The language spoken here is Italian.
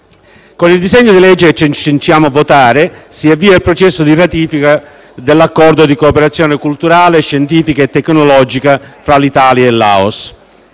Con il disegno di legge che ci accingiamo a votare si avvia il processo di ratifica dell'Accordo di cooperazione culturale, scientifica e tecnologica fra l'Italia e il Laos.